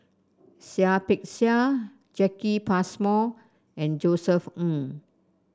Seah Peck Seah Jacki Passmore and Josef Ng